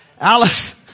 Alice